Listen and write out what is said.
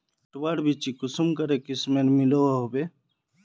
पटवार बिच्ची कुंसम करे किस्मेर मिलोहो होबे?